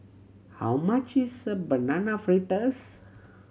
how much is Banana Fritters